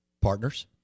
partners